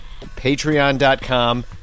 patreon.com